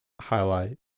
highlight